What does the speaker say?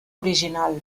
original